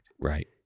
Right